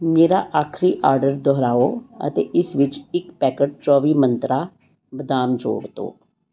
ਮੇਰਾ ਆਖਰੀ ਆਰਡਰ ਦੁਹਰਾਓ ਅਤੇ ਇਸ ਵਿੱਚ ਇੱਕ ਪੈਕੇਟ ਚੌਵੀ ਮੰਤਰਾਂ ਬਦਾਮ ਜੋੜ ਦਿਉ